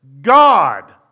God